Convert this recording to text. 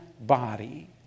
body